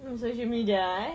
social media eh